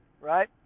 right